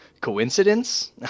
Coincidence